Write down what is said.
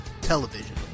television